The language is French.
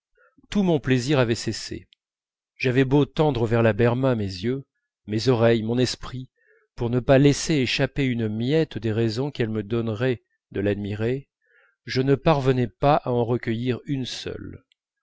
tout mon plaisir avait cessé j'avais beau tendre vers la berma mes yeux mes oreilles mon esprit pour ne pas laisser échapper une miette des raisons qu'elle me donnerait de l'admirer je ne parvenais pas à en recueillir une seule